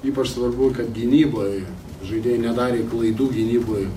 ypač svarbu kad gynyboj žaidėjai nedarė klaidų gynyboj